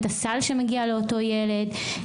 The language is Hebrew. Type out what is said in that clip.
את הסל שמגיע לאותו ילד,